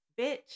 Bitch